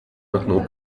maintenant